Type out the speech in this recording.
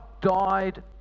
died